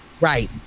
Right